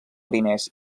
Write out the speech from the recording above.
diners